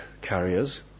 carriers